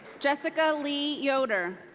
jessica lee yoder.